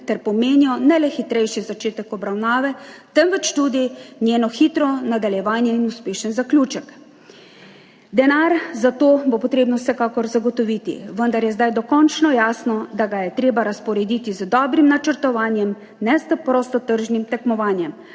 ter pomenijo ne le hitrejši začetek obravnave, temveč tudi njeno hitro nadaljevanje in uspešen zaključek. Denar za to bo potrebno vsekakor zagotoviti, vendar je zdaj dokončno jasno, da ga je treba razporediti z dobrim načrtovanjem, ne s prostotržnim tekmovanjem.